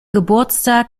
geburtstag